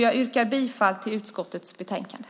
Jag yrkar bifall till förslaget i betänkandet.